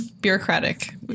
bureaucratic